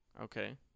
Okay